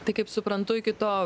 tai kaip suprantu iki to